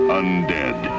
undead